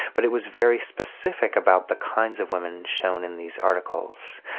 but it was very specific about the kinds of women shown in these articles.